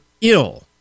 ill